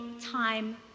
time